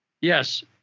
Yes